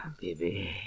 baby